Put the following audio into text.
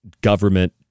government